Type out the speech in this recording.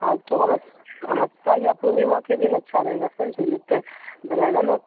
अमावस्या या पूर्णिमा के दिन अच्छा रहेगा समझे न तुम